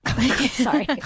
sorry